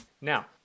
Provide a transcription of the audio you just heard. Now